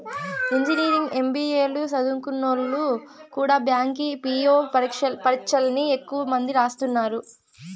engineering, MBA లు సదుంకున్నోల్లు కూడా బ్యాంకి పీ.వో పరీచ్చల్ని ఎక్కువ మంది రాస్తున్నారు